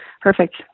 Perfect